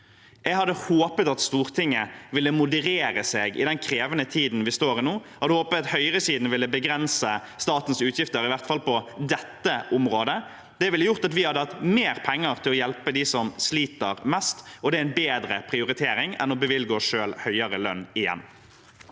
Jeg hadde håpet at Stortinget ville moderere seg i den krevende tiden vi står i nå. Jeg hadde håpet at høyresiden ville begrense statens utgifter i hvert fall på dette området. Det ville gjort at vi hadde hatt mer penger til å hjelpe dem som sliter mest, og det er en bedre prioritering enn å bevilge oss selv høyere lønn igjen.